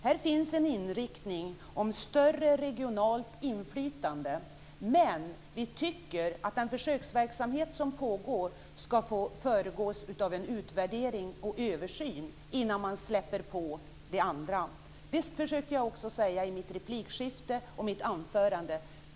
Här finns en inriktning mot större regionalt inflytande, men vi tycker att en försöksverksamhet som pågår ska få föregås av en utvärdering och översyn innan man släpper på andra. Det försökte jag också säga i mitt replikskifte och mitt anförande.